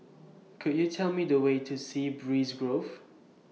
Could YOU Tell Me The Way to Sea Breeze Grove